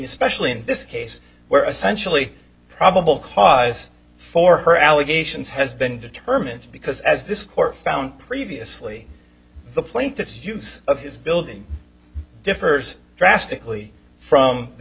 especially in this case where essentially probable cause for her allegations has been determined because as this court found previously the plaintiff's use of his building differs drastically from the